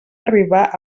arribar